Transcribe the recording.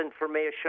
information